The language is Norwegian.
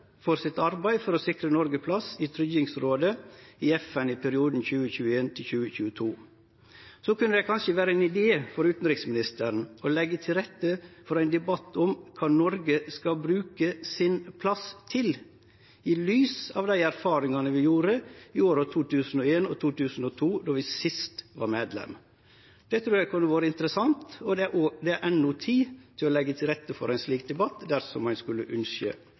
arbeidet sitt for å sikre Noreg ein plass i Tryggingsrådet i FN i perioden 2021–2022. Det kunne kanskje vore ein idé for utanriksministeren å leggje til rette for ein debatt om kva Noreg skal bruke plassen sin til, i lys av dei erfaringane vi gjorde i åra 2001 og 2002, då vi sist var medlem. Det trur eg kunne vore interessant, og det er enno tid til å leggje til rette for ein slik debatt, dersom ein skulle ynskje